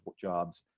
jobs